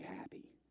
happy